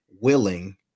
willing